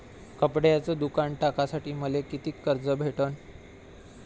कपड्याचं दुकान टाकासाठी मले कितीक कर्ज भेटन?